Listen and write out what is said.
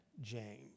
James